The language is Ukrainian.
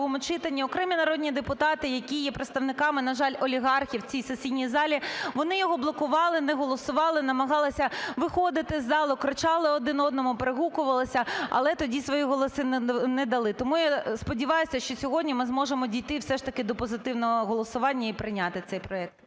другому читанні, окремі народні депутати, які є представниками, на жаль, олігархів в цій сесійній залі, вони його блокували, не голосували, намагалися виходити з залу, кричали один одному, перегукувалися, але тоді свої голоси не дали. Тому я сподіваюся, що сьогодні ми зможемо дійти все ж таки до позитивного голосування і прийняти цей проект.